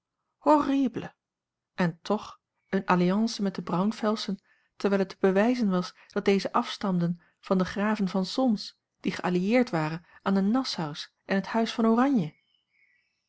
horrible en toch eene alliance met de braunfelsen terwijl het te bewijzen was dat deze afstanden van de graven van solms die geallieerd waren aan de nassau's en het huis van oranje